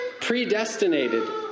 predestinated